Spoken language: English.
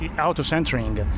auto-centering